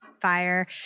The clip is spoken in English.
fire